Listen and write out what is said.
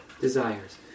desires